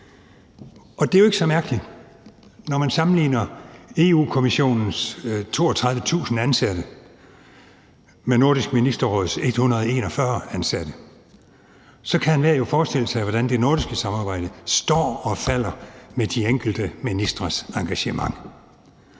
Og det er jo ikke så mærkeligt. Når man sammenligner EU-Kommissionens 32.000 ansatte med Nordisk Ministerråds 141 ansatte, kan enhver jo forestille sig, hvordan det nordiske samarbejde står og falder med de enkelte ministres engagement.